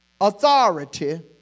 authority